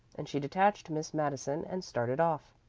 and she detached miss madison and started off.